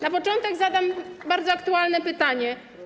Na początek zadam bardzo aktualne pytanie.